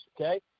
okay